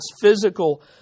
physical